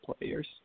players